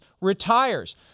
retires